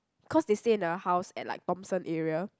cause they stay in a house at like Thomson area